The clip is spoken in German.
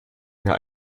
mir